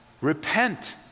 repent